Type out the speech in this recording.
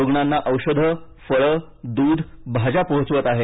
रुग्णांना औषधं फळं दूध भाज्या पोहोचवत आहेत